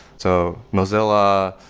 so mozilla,